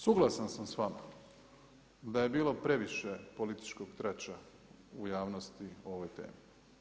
Suglasan sam sa vama da je bilo previše političkog trača u javnosti o ovoj temi.